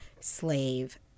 slave